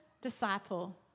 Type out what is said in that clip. disciple